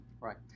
Right